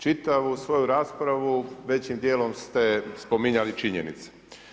Čitavu svoju raspravu većim dijelom ste spominjali činjenice.